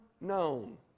known